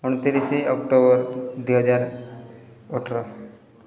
ଅଣତିରିଶ ଅକ୍ଟୋବର ଦୁଇ ହଜାର ଅଠର